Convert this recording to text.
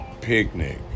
Picnic